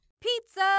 Pizza